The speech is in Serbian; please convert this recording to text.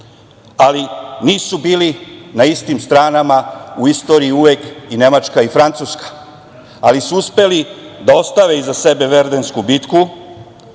Ali nisu bili na istim stranama, u istoriji uvek i Nemačka i Francuska, ali su uspeli da ostave iza sebe Verdensku bitku,